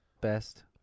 best